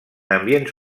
ambients